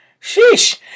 Sheesh